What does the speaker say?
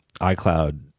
iCloud